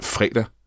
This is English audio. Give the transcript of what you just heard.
Fredag